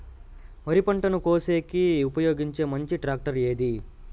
వరి పంట కోసేకి ఉపయోగించే మంచి టాక్టర్ ఏది?